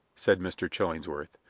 said mr. chillingsworth,